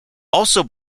also